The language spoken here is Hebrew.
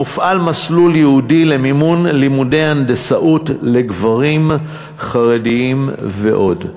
מופעל מסלול ייעודי למימון לימודי הנדסאות לגברים חרדים ועוד.